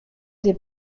des